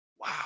Wow